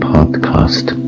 Podcast